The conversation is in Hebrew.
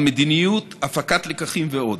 המדיניות, הפקת לקחים ועוד.